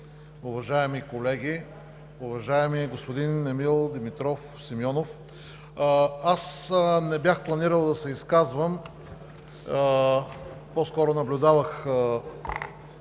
уважаеми колеги! Уважаеми господин Емил Димитров Симеонов, аз не бях планирал да се изказвам, а по-скоро наблюдавах